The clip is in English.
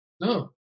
No